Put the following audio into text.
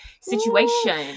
situation